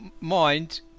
mind